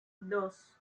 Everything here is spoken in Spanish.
dos